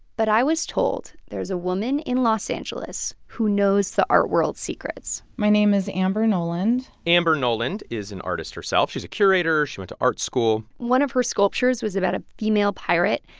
but i was told there's a woman in los angeles who knows the art world's secrets my name is amber noland amber noland is an artist herself. she's a curator. she went to art school one of her sculptures was about a female pirate.